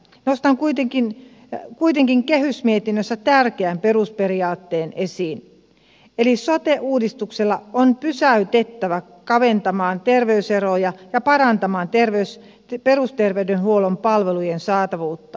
nostan kuitenkin kehysmietinnössä tärkeän perusperiaatteen esiin eli sote uudistuksella on pyrittävä kaventamaan terveyseroja ja parantamaan perusterveydenhuollon palvelujen saatavuutta